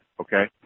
okay